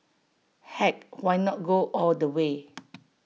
heck why not go all the way